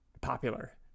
popular